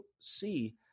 see